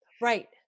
Right